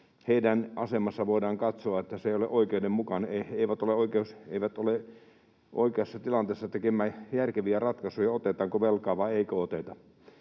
heidän asemansa ei ole oikeudenmukainen. He eivät ole oikeassa tilanteessa tekemään järkeviä ratkaisuja siitä, otetaanko velkaa vai eikö oteta.